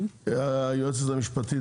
היועצת המשפטית,